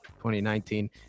2019